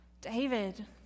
David